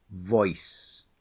voice